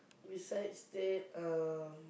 besides that uh